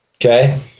okay